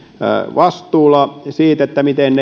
vastuulla miten